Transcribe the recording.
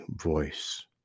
voice